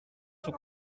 sont